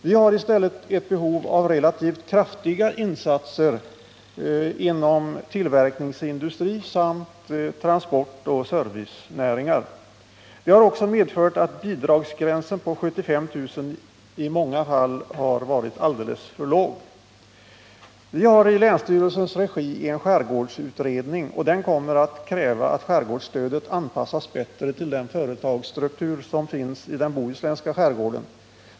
Vi har i stället behov av relativt kraftiga insatser inom tillverkningsindustri samt transportoch servicenäringar. Det har också medfört att bidragsgränsen på 75 000 kr. i många fall varit alldeles för låg. Vi har i länsstyrelsens regi en skärgårdsutredning, och den kommer att kräva att skärgårdsstödet bättre anpassas till den företagsstruktur som finns i den bohuslänska skärgården.